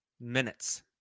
minutes